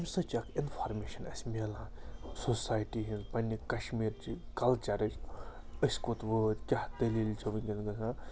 اَمہِ سۭتۍ چھِ اَکھ اِنفارمیشَن اَسہِ مِلان سوسایٹی ہِنٛز پنٛنہِ کَشمیٖرچہِ کَلچَرٕچ أسۍ کوٚت وٲتۍ کیٛاہ دٔلیٖل چھِ وٕنۍکٮ۪نَس گژھان